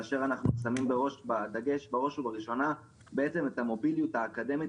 ואנחנו שמים בראש את המוביליות האקדמית